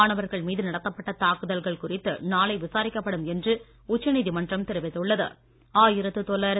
மாணவர்கள் மீது நடத்தப்பட்ட தாக்குதல்கள் குறித்து நாளை விசாரிக்கப்படும் என்று உச்சநீதிமன்றம் தெரிவித்துள்ளது